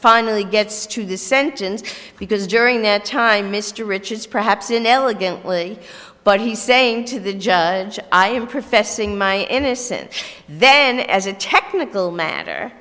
finally gets to the sentence because during that time mr richards perhaps inelegantly but he's saying to the judge i am professing my innocence then as a technical matter